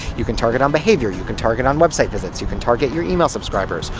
you can target on behavior, you can target on website visits, you can target your email subscribers,